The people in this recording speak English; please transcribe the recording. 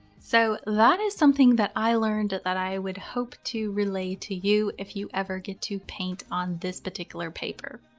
so that is something that i learned that that i would hope to relay to you if you ever get to paint on this particular paper.